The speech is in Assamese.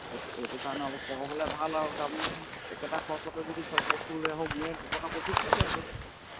এইটো এইটো কাৰণে অলপ সৰহ হ'লে ভাল আৰু তাৰমানে একেটা খৰচতে যদি চব বস্তু লৈ আহোঁ মোৰে দুটকা প্ৰফিট থাকে আৰু